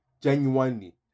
genuinely